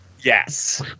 Yes